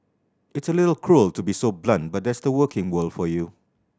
it's a little cruel to be so blunt but that's the working world for you